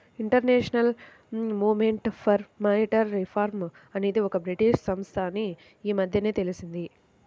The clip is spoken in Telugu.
international movement for monetary reform అనేది ఒక బ్రిటీష్ సంస్థ అని ఈ మధ్యనే తెలిసింది